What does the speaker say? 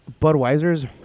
Budweiser's